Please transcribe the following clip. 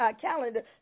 calendar